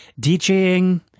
DJing